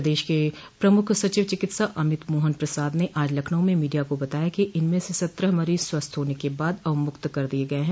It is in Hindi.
प्रदेश के प्रमुख सचिव चिकित्सा अमित मोहन प्रसाद ने आज लखनऊ में मीडिया को बताया कि इनमें से सत्रह मरीज स्वस्थ होने के बाद अवमुक्त कर दिये गये हैं